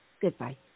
Goodbye